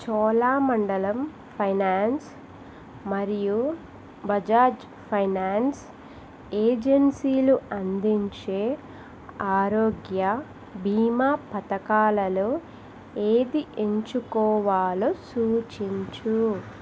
Cholamandalam finance మరియు Bajaj finance ఏజన్సీలు అందించే ఆరోగ్య బీమా పథకాలలో ఏది ఎంచుకోవాలో సూచించు